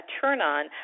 turn-on